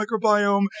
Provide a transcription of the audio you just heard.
microbiome